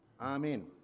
Amen